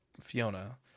Fiona